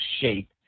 shape